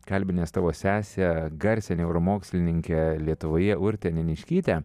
kalbinęs tavo sesę garsią neuromokslininkę lietuvoje urtę neniškytę